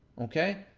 okay?